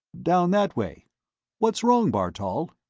down that way what's wrong, bartol?